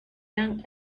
young